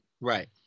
Right